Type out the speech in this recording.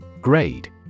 Grade